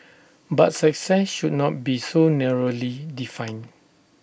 but success should not be so narrowly defined